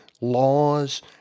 laws